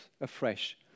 afresh